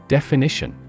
Definition